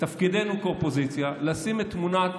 תפקידנו כאופוזיציה לשים את תמונת